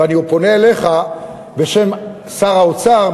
ואני פונה אליך בשם שר האוצר,